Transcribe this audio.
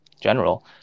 general